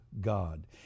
God